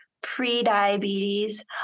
pre-diabetes